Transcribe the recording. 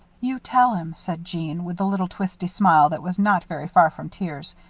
you tell him, said jeanne, with the little twisty smile that was not very far from tears,